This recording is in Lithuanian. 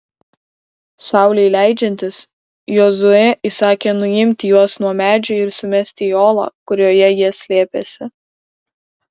saulei leidžiantis jozuė įsakė nuimti juos nuo medžių ir sumesti į olą kurioje jie slėpėsi